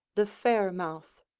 the fair mouth.